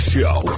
Show